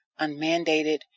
unmandated